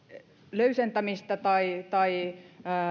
löysentämistä tai tai sitä